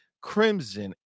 Crimson